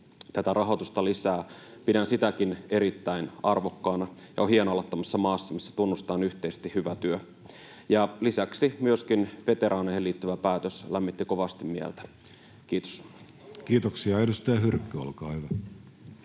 rahoitusta lisää. Pidän sitäkin erittäin arvokkaana, ja on hienoa olla tämmöisessä maassa, missä tunnustetaan yhteisesti hyvä työ. Lisäksi myöskin veteraaneihin liittyvä päätös lämmitti kovasti mieltä. — Kiitos. Kiitoksia. — Edustaja Hyrkkö, olkaa hyvä.